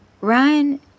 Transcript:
Ryan